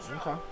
Okay